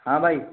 ہاں بھائی